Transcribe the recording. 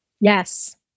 Yes